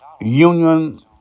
union